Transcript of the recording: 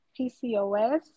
PCOS